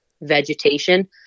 vegetation